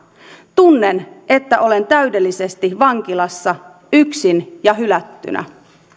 tunnen että olen täydellisesti vankilassa yksin ja hylättynä